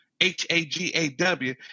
H-A-G-A-W